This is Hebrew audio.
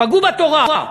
פגעו בתורה,